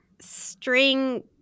String